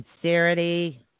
Sincerity